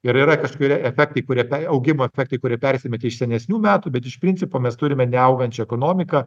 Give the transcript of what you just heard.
ir yra kažkurie efektai kurie tai augimo efektai kurie persimetė iš senesnių metų bet iš principo mes turime neaugančią ekonomiką